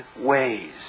ways